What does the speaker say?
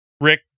Rick